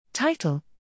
title